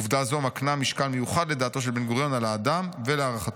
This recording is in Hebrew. עובדה זו מקנה משקל מיוחד לדעתו של בן-גוריון על האדם ולהערכתו.